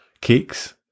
cakes